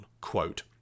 Quote